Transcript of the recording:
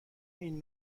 این